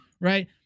right